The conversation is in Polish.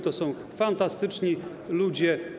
To są fantastyczni ludzie.